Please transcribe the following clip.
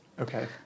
Okay